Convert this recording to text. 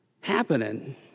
happening